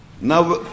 Now